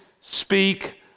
speak